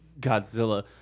Godzilla